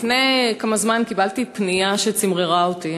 לפני כמה זמן קיבלתי פנייה שצמררה אותי,